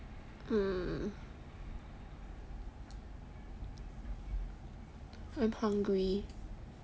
mm I'm hungry